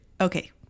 Okay